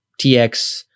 TX